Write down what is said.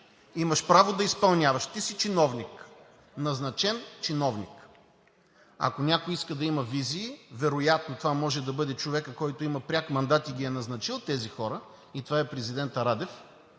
имаш право да изпълняваш – ти си чиновник. Назначен чиновник! Ако някой иска да има визии, вероятно това може да бъде човекът, който има пряк мандат и ги е назначил тези хора, и това е президентът Радев,